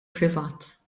privat